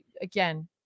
again